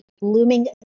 looming